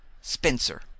Spencer